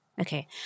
Okay